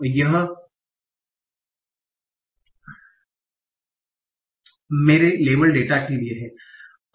तो यह मेरे लेबल डेटा के लिए है